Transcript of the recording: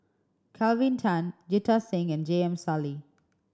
Kelvin Tan Jita Singh and J M Sali